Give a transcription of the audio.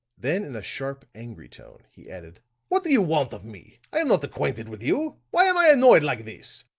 then in a sharp, angry tone, he added what do you want of me? i am not acquainted with you. why am i annoyed like this?